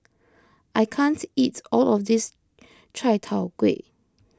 I can't eat all of this Chai Tow Kuay